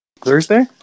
Thursday